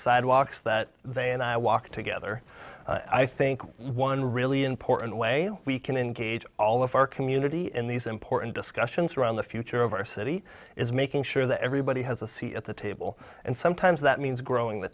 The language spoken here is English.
sidewalks that they and i walk together i think one really important way we can engage all of our community in these important discussions around the future of our city is making sure that everybody has a seat at the table and sometimes that means growing the